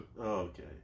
okay